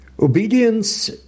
Obedience